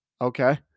Okay